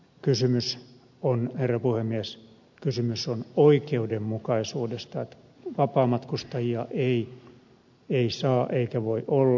kysymys on herra puhemies oikeudenmukaisuudesta vapaamatkustajia ei saa eikä voi olla